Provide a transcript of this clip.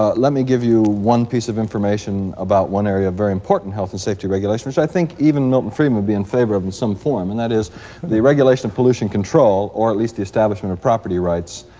ah let me give you one piece of information about one area of very important health and safety regulation which i think even milton friedman would be in favor of in some form, and that is the regulation of pollution control, or at least the establishment of property rights,